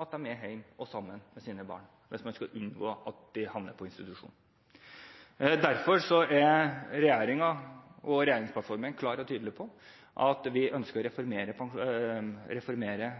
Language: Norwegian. og sammen med sine barn for å unngå at de havner på institusjon. Derfor er regjeringen og regjeringsplattformen klar og tydelig på at vi ønsker å reformere